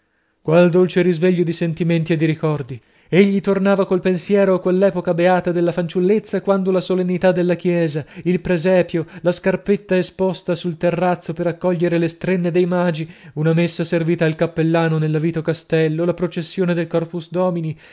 contuso qual dolce risveglio di sentimenti e di ricordi egli tornava col pensiero a quell'epoca beata della fanciullezza quando le solennità della chiesa il presepio la scarpetta esposta sul terrazzo per accogliere le strenne dei magi una messa servita al cappellano nell'avito castello la processione del corpus domini